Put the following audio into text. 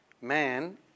Man